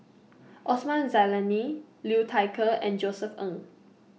Osman Zailani Liu Thai Ker and Josef Ng